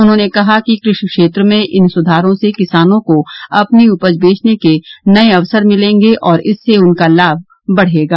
उन्होंने कहा कि कृषि क्षेत्र में इन सुधारों से किसानों को अपनी उपज बेचने के नए अवसर मिलेंगे और इससे उनका लाभ बढ़ेगा